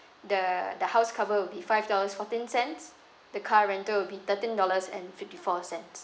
the the house cover will be five dollars fourteen cents the car rental will be thirteen dollars and fifty four cents